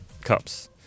cups